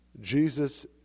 Jesus